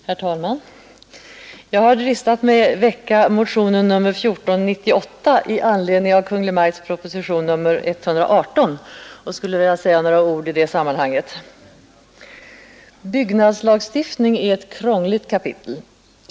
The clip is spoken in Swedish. Herr talman! Jag har dristat mig väcka motionen 1498 i anledning av Kungl. Maj:ts proposition nr 118 och skulle vilja säga några ord i det sammanhanget. Byggnadslagstiftning är ett krångligt kapitel.